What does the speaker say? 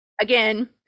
again